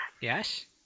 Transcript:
Yes